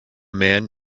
man